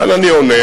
כאן אני עונה,